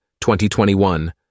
2021